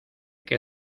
que